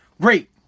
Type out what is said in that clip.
great